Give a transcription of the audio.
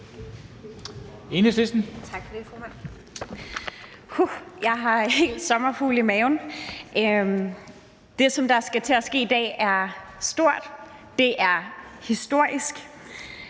jeg har helt sommerfugle i maven. Det, som skal til at ske i dag, er stort; det er historisk.